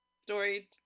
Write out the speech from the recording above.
story